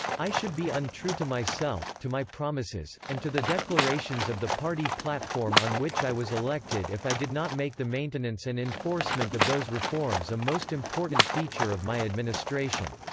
i should be untrue to myself, to my promises, and to the declarations of the party platform on which i was elected if i did not make the maintenance and enforcement of those reforms a most important feature of my administration.